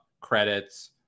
credits